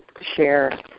share